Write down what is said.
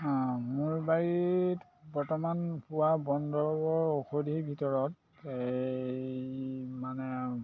মোৰ বাৰীত বৰ্তমান পোৱা বন দৰৱৰ ঔষধিৰ ভিতৰত এই মানে